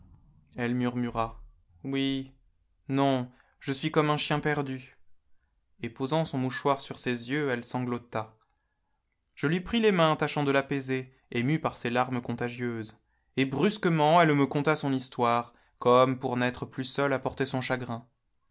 elle murmura oui non je suis comme un chien perdu et posant son mouchoir sur ses yeux elle sanglota je lui pris les mains tachant de l'apaiser ému par ces larmes contagieuses et brusque ment elle me conta son histoire comme pour n'être plus seule à porter son chagrin